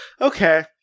Okay